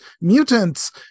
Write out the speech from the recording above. mutants